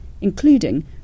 including